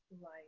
life